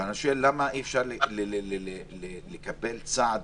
אבל אני שואל למה אי אפשר לקבל צעד